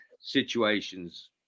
situations